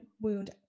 wound